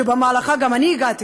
שאליו גם אני הגעתי,